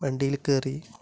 വണ്ടിയില് കയറി